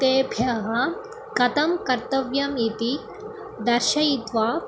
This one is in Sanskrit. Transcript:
तेभ्यः कथं कर्तव्यम् इति दर्शयित्वा